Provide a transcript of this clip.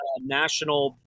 national